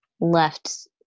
left